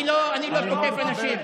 אני לא תוקף אנשים.